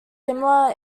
similar